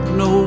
no